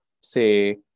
say